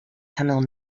tamil